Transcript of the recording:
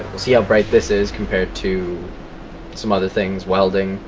see how bright this is compared to some other things welding,